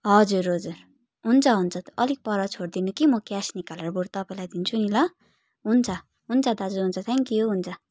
हजुर हजुर हुन्छ हुन्छ अलिक पर छोडिदिनु कि म क्यास निकालेर बरु तपाईँलाई दिन्छु नि ल हुन्छ दाजु हुन्छ थ्याङ्क यु हुन्छ